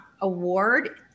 award